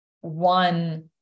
one